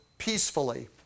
peacefully